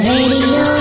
Radio